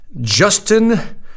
Justin